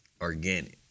Organic